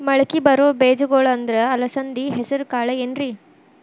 ಮಳಕಿ ಬರೋ ಬೇಜಗೊಳ್ ಅಂದ್ರ ಅಲಸಂಧಿ, ಹೆಸರ್ ಕಾಳ್ ಏನ್ರಿ?